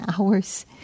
hours